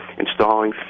Installing